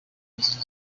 inzozi